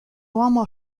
uomo